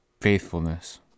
faithfulness